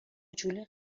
جولی